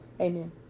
Amen